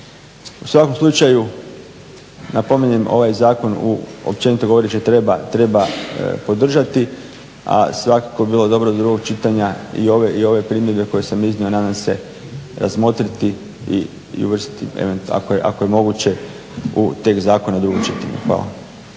U svakom slučaju napominjem općenito govoreći treba podržati, a svakako bi bilo dobro do drugog čitanja i ove primjedbe koje sam iznio nadam se razmotriti i uvrstiti ako je moguće u tekst zakona u drugom čitanju. Hvala.